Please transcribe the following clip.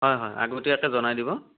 হয় হয় আগতীয়াকৈ জনাই দিব